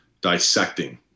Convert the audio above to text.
dissecting